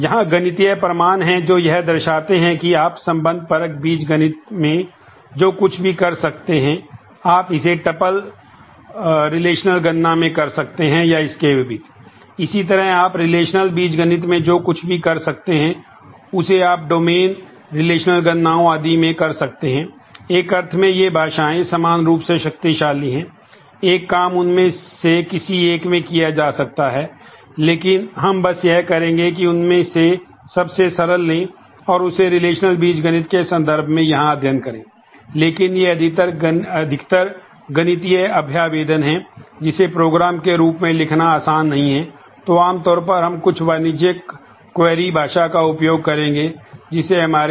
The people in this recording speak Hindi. यहां गणितीय प्रमाण हैं जो यह दर्शाते हैं कि आप रिलेशनल करेंगे